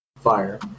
Fire